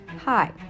Hi